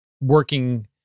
working